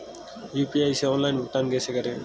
UPI से online भुगतान कैसे करें?